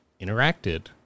interacted